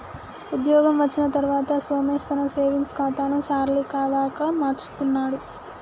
ఉద్యోగం వచ్చిన తర్వాత సోమేశ్ తన సేవింగ్స్ కాతాను శాలరీ కాదా గా మార్చుకున్నాడు